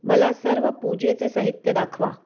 मला सर्व पूजेचे साहित्य दाखवा